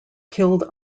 killed